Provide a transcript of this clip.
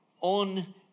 on